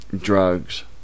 drugs